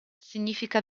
significa